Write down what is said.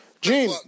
Gene